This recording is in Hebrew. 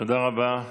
תודה רבה.